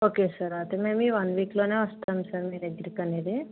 okay sir అయితే మేము ఈ వన్ వీక్లోనే వస్తాం సార్ మీదగ్గరకనేది